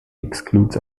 excludes